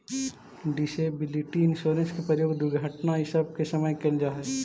disability insurance के प्रयोग दुर्घटना इ सब के समय कैल जा हई